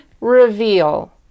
reveal